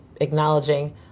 acknowledging